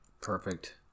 Perfect